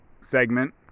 segment